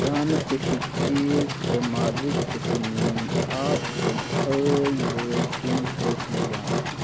دانہٕ کُٹِھکۍ چیٖز تہٕ مازٕکۍ قٕسٕم یِم آز صُبحٲے وٲتۍ تِم ٲسۍ نہٕ جان